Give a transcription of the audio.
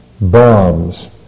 bombs